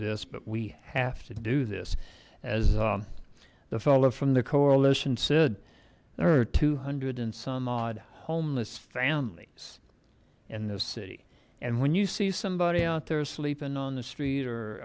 this but we have to do this as the fellow from the coalition said there are two hundred and some odd homeless families in the city and when you see somebody out there sleeping on the street or